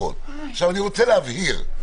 עכשיו, אני רוצה להבהיר משהו.